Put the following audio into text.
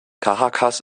caracas